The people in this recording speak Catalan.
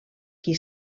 qui